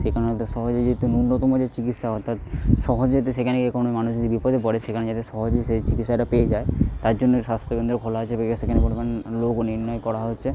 সেখানে তো সহজেই যেহেতু ন্যুনতম যে চিকিৎসা হয় তার সহজে তো সেখানে কোনো মানুষ যদি বিপদে পড়ে সেখানে যাতে সহজে সেই চিকিৎসাটা পেয়ে যায় তার জন্যে স্বাস্থ্য কেন্দ্র খোলা আছে সেখানে লোকও নির্ণয় করা হচ্ছে